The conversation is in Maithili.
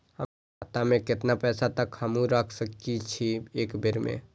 खाता में केतना पैसा तक हमू रख सकी छी एक बेर में?